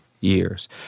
years